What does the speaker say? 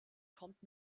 kommt